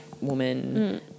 woman